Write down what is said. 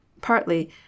partly